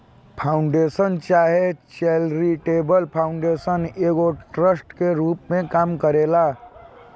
foundation चाहे charitable foundation एगो trust के रूप में काम करेला